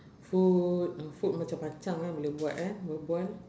food uh food macam macam eh boleh buat eh berbual